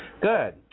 good